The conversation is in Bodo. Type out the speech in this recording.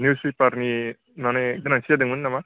निउस पेपारनि माने गोनांथि जादोंमोन नामा